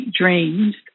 dreams